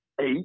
eight